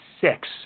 six